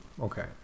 okay